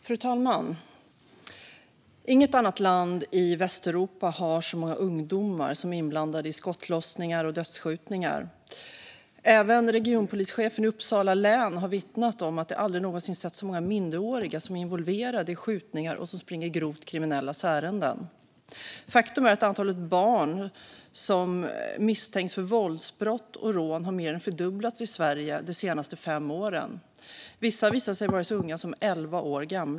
Fru talman! I inget annat land i Västeuropa är så många ungdomar inblandade i skottlossningar och dödsskjutningar. Även regionpolischefen i Uppsala län har vittnat om att man aldrig någonsin sett så många minderåriga som är involverade i skjutningar och springer grovt kriminellas ärenden. Faktum är att antalet barn som misstänks för våldsbrott och rån har mer än fördubblats i Sverige de senaste fem åren. Vissa har visat sig vara så unga som elva år.